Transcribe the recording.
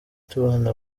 tubona